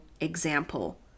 example